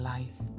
Life